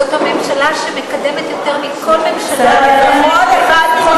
זאת הממשלה שמקדמת יותר מכל ממשלה אחרת פתרון,